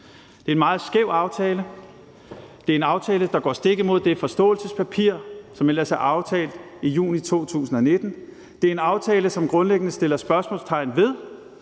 Det er en meget skæv aftale, det er en aftale, der går stik imod det forståelsespapir, som vi ellers aftalte i juni 2019, og det er en aftale, som grundlæggende sætter spørgsmålstegn ved,